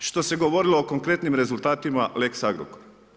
Što se govorilo o konkretnim rezultatima lex Agrokor.